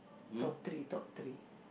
top three top three